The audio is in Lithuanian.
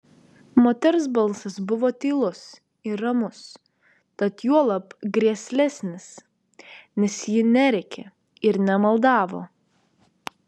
moters balsas buvo tylus ir ramus tad juolab grėslesnis nes ji nerėkė ir nemaldavo